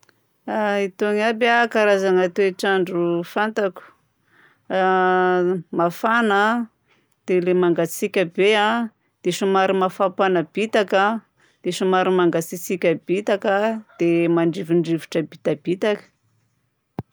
A itony aby a karazagna toetr'andro fantako: mafana a, dia lay mangatsiaka be a, dia somary mafampana bitaka, dia somary mangatsiaka bitaka, dia mandrivondrivotra bitabitaka.